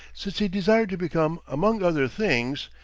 since he desired to become, among other things,